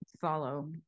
follow